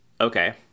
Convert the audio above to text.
Okay